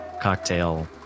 cocktail